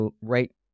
right